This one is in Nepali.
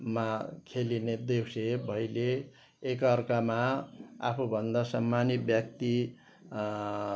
मा खेलिने देउसे भैलो एक अर्कामा आफूभन्दा सम्मानित व्यक्ति